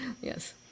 Yes